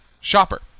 shopper